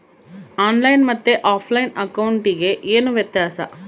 On line ಮತ್ತೆ offline ಅಕೌಂಟಿಗೆ ಏನು ವ್ಯತ್ಯಾಸ?